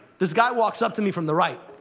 this guy walks up to me from the right.